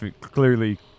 clearly